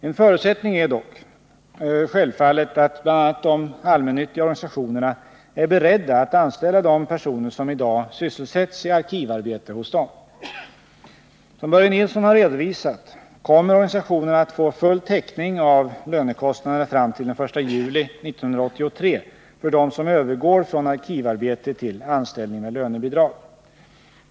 En förutsättning är dock självfallet att bl.a. de allmännyttiga organisationerna är beredda att anställa de personer som i dag sysselsätts i arkivarbete hos dem. Som Börje Nilsson har redovisat kommer organisationerna att få full täckning av lönekostnaderna fram till den 1 juli 1983 för dem som övergår från arkivarbete till anställning med lönebidrag.